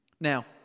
Now